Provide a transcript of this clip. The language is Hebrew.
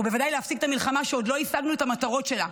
ובוודאי להפסיק את המלחמה כשעוד לא השגנו את המטרות שלה,